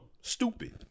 Stupid